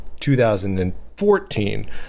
2014